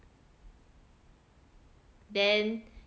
then